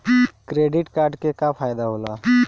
Credit card के का फायदा होला?